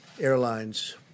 airlines